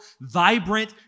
vibrant